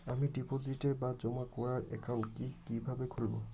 আমি ডিপোজিট বা জমা করার একাউন্ট কি কিভাবে খুলবো?